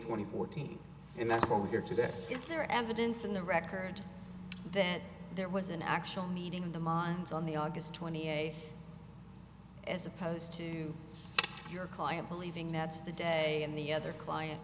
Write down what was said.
twenty fourteen and that's what we hear today if there evidence in the record that there was an actual meeting of the minds on the august twenty eighth as opposed to your client believing that's the day and the other client